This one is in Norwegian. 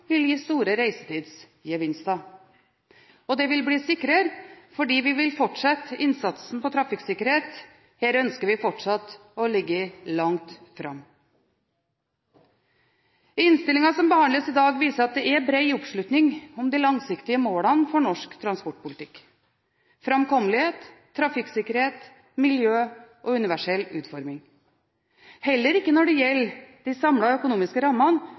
vil gi store reisetidsgevinster. Og det vil bli sikrere fordi vi vil fortsette innsatsen på trafikksikkerhet. Her ønsker vi fortsatt å ligge langt framme. Innstillingen som behandles i dag, viser at det er bred oppslutning om de langsiktige målene for norsk transportpolitikk: framkommelighet, trafikksikkerhet, miljø og universell utforming. Heller ikke når det gjelder de samlede økonomiske rammene,